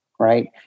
Right